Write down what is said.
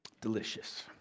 Delicious